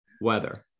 weather